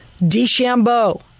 DeChambeau